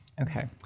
Okay